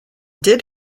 did